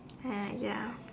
uh ya